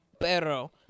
Pero